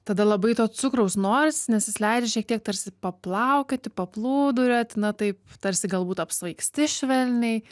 tada labai to cukraus noris nes jis leidžia šiek tiek tarsi paplaukioti paplūduriuoti na taip tarsi galbūt apsvaigsti švelniai